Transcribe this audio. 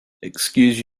excuse